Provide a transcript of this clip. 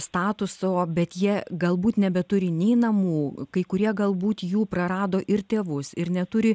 statuso bet jie galbūt nebeturi nei namų kai kurie galbūt jų prarado ir tėvus ir neturi